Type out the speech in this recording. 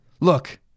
Look